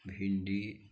भिंडी